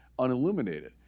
unilluminated